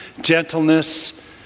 gentleness